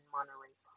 Monterey